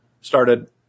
started